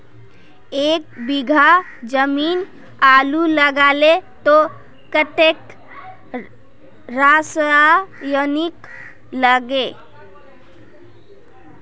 एक बीघा जमीन आलू लगाले तो कतेक रासायनिक लगे?